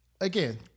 again